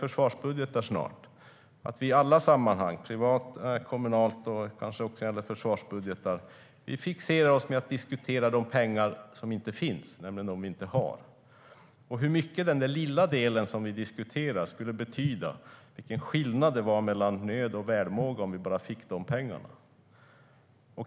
Det blir lätt så att vi i alla sammanhang - privata, kommunala och kanske i alla försvarsbudgetar - fixerar oss vid att diskutera de pengar vi inte har och hur mycket den lilla del vi diskuterar skulle betyda och vilken skillnad det är mellan nöd och välmåga, bara vi fick de pengarna.